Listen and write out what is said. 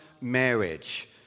marriage